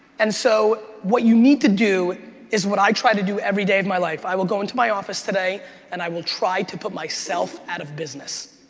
and so what you need to do is what i try to do every day of my life, i will go into my office today and i will try to put myself out of business.